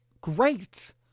Great